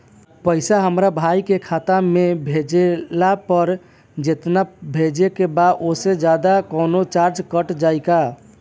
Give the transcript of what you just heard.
पैसा हमरा भाई के खाता मे भेजला पर जेतना भेजे के बा औसे जादे कौनोचार्ज कट जाई का?